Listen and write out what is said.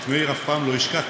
את מאיר אף פעם לא אשכח,